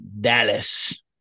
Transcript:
Dallas